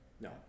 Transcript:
No